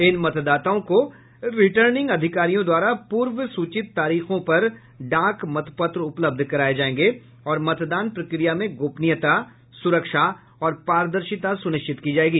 इन मतदाताओं को रिटर्निंग अधिकारियों द्वारा पूर्व सूचित तारीखों पर डाक मतपत्र उपलब्ध कराए जाएंगे और मतदान प्रक्रिया में गोपनीयता सुरक्षा और पारदर्शिता सुनिश्चित की जाएगी